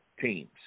teams